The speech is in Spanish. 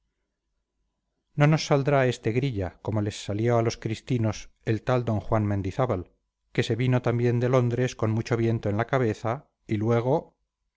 nos saldrá éste grilla como les salió a los cristinos el tal d juan mendizábal que se vino también de londres con mucho viento en la cabeza y luego